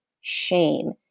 shame